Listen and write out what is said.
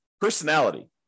personality